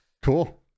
cool